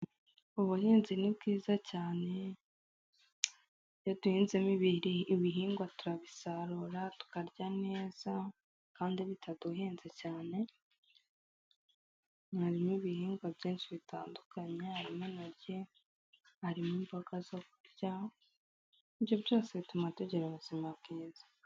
Ubuhinzi ni bwiza cyane iyo duhinzemo ibihingwa turabisarura tukarya neza kandi bitaduhenze cyane, harimo ibihingwa byinshi bitandukanye harimo: intoryi, harimo imboga zo kurya ibyo byose bituma tugira ubuzima bwiza.